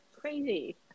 Crazy